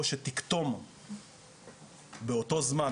זה אומר שאו שתקטום באותו זמן,